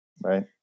right